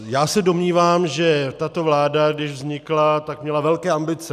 Já se domnívám, že tato vláda, když vznikla, měla velké ambice.